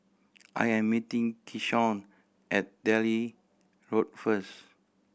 I am meeting Keyshawn at Delhi Road first